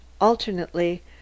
alternately